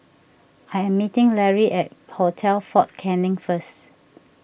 I'm meeting Lary at Hotel fort Canning first